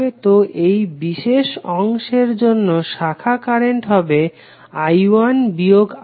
তো এই বিশেষ অংশের জন্য শাখা কারেন্ট হবে I1 বিয়োগ I2